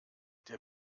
der